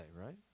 right